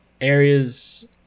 areas